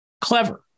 clever